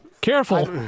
Careful